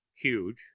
Huge